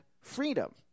freedom